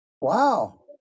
wow